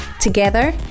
Together